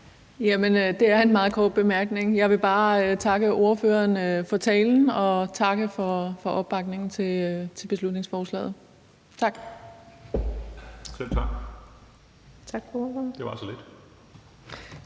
Det er en meget kort bemærkning. Jeg vil bare takke ordføreren for talen og takke for opbakningen til beslutningsforslaget.